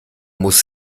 muss